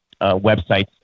websites